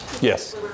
Yes